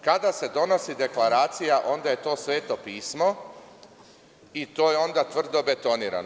Kada se donosi deklaracija onda je to Sveto pismo i to je onda tvrdo betonirano.